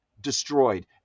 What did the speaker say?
destroyed